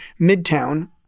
Midtown